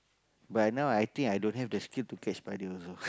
but now I think i don't have the skill to catch spider also